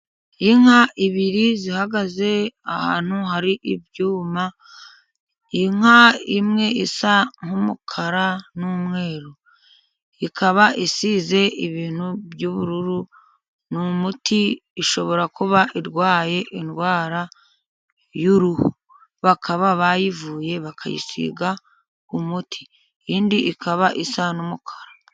Inka ebyiri zihagaze ahantu hari ibyuma. Inka imwe isa nk'umukara n'umweru, ikaba isize ibintu by'ubururu, ni umuti ishobora kuba irwaye indwara y'uruhu. Bakaba bayivuye bakayisiga umuti, indi ikaba isa n'umukara.